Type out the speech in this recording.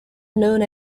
known